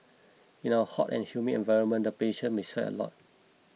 in our hot and humid environment the patients may sweat a lot